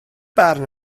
barn